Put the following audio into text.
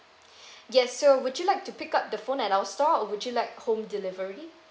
yes so would you like to pick up the phone at our store or would you like home delivery